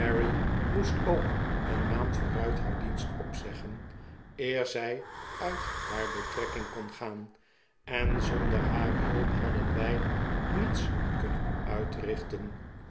moest ook een maand vooruit haar dienst opzeggen eer zij uit haar betrekking kon gaan en zonder haar hulp hadden wij niets kunnen uitrichten